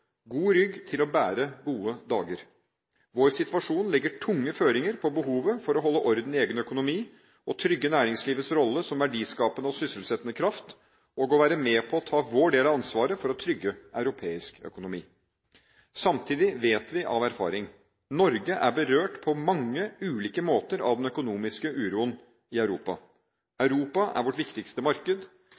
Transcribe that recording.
god rygg til å bære gode dager. Vår situasjon legger tunge føringer på behovet for å holde orden i egen økonomi og trygge næringslivets rolle som verdiskapende og sysselsettende kraft – og å være med på å ta vår del av ansvaret for å trygge europeisk økonomi. Samtidig vet vi av erfaring: Norge er berørt på mange ulike måter av den økonomiske uroen i Europa. Europa er vårt viktigste marked.